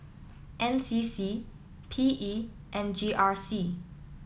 N C C P E and G R C